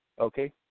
okay